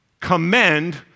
commend